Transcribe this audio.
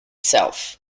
self